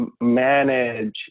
manage